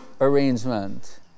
arrangement